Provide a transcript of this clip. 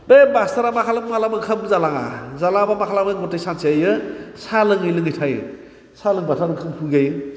बे मास्टारा मा खालामो मालाबा ओंखामबो जालाङा जालाङाबा मा खालामो गथाय सानसे इयो साहा लोङै लोङै थायो साहा लोंबाथ' आरो ओंखाम उखैगायो